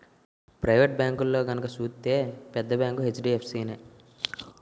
private బేంకుల్లో గనక సూత్తే పెద్ద బేంకు హెచ్.డి.ఎఫ్.సి నే